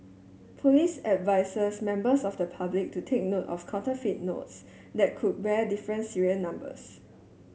police advises members of the public to take note of counterfeit notes that could bear difference serial numbers